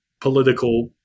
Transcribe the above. political